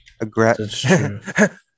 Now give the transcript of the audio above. Aggressive